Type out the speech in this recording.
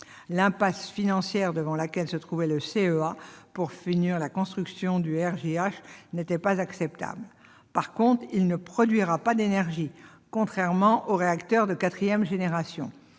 L'impasse financière devant laquelle se trouvait le CEA pour finir la construction du RJH n'était pas acceptable. En revanche, il ne produira pas d'énergie, contrairement aux réacteurs de quatrième génération.